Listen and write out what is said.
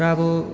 र अब